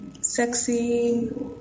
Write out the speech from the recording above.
sexy